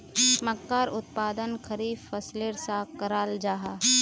मक्कार उत्पादन खरीफ फसलेर सा कराल जाहा